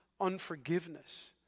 unforgiveness